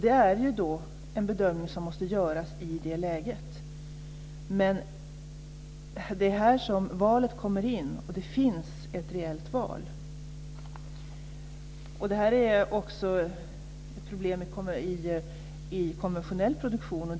Det är ju en bedömning som måste göras i det läget. Det är här som valet kommer in, och det finns ett reellt val. Det här är också ett problem i konventionell produktion.